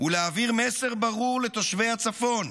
ולהעביר מסר ברור לתושבי הצפון,